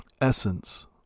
essence